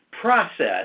process